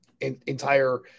entire